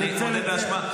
אני מודה באשמה.